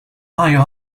higher